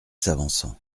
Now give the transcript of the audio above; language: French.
s’avançant